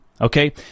okay